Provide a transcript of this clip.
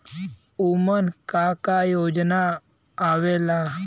उमन का का योजना आवेला?